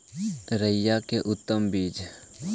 राई के उतम बिज?